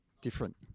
different